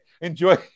Enjoy